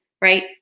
right